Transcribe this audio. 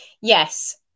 Yes